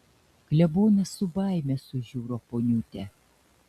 klebonas su baime sužiuro poniutę